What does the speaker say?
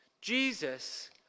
Jesus